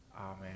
Amen